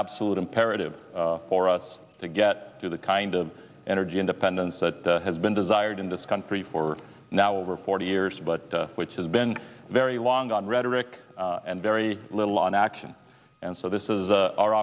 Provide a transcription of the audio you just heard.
absolute imperative for us to get to the kind of energy independence that has been desired in this country for now over forty years but which has been very long on rhetoric and very little on action and so this is a our